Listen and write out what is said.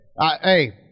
hey